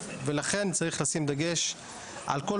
אני יכול להצביע על הכפרים הבלתי מוכרים שזה